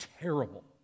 terrible